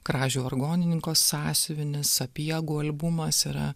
kražių vargonininko sąsiuvinis sapiegų albumas yra